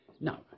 Now